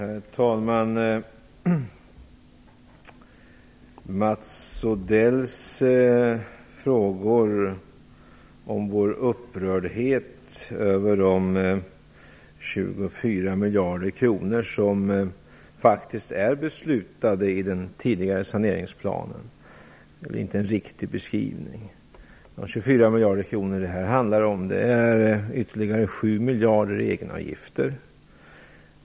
Herr talman! Mats Odells påstående om vår upprördhet över de 24 miljarder kronor som redan är beslutade i den tidigare saneringsplanen är är inte en riktig beskrivning. De 24 miljarder kronor det här handlar om är ytterligare 7 miljarder i egenavgifter.